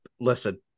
Listen